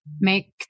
make